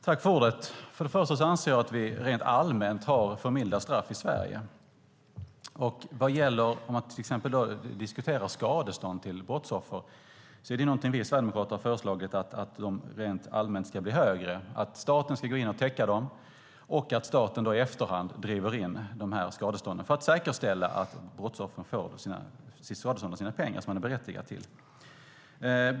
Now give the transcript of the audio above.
Fru talman! För det första anser jag att vi rent allmänt har för milda straff i Sverige. När det gäller skadestånd till brottsoffer har vi sverigedemokrater föreslagit att de rent allmänt ska bli högre. Staten ska gå in och täcka dem, och i efterhand ska staten driva in skadestånden för att säkerställa att brottsoffret får sitt skadestånd och de pengar som man är berättigad till.